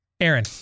Aaron